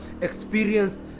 experienced